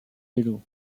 hello